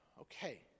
Okay